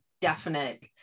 definite